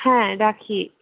হ্যাঁ রাখি